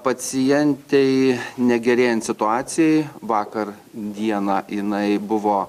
pacientei negerėjant situacijai vakar dieną jinai buvo